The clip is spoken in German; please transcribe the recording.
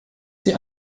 sie